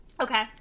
Okay